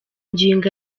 ngingo